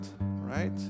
right